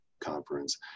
conference